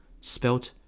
spelt